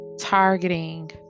targeting